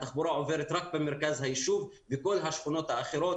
התחבורה עוברת רק במרכז היישוב וכל השכונות האחרות,